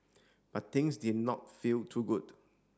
but things did not feel too good